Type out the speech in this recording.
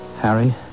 Harry